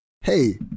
hey